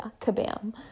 kabam